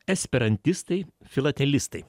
esperantistai filatelistai